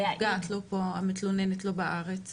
והמתלוננת לא בארץ?